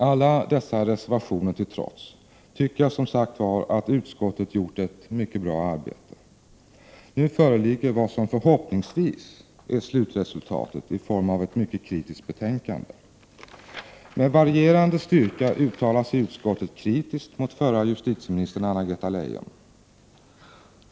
Alla dessa reservationer till trots tycker jag som sagt att utskottet har gjort ett mycket bra arbete. Nu föreligger vad som förhoppningsvis är slutresultatet i form av ett mycket kritiskt betänkande. Med varierande styrka uttalar sig utskottet kritiskt mot den förra justitieministern Anna-Greta Leijon.